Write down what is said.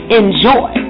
enjoy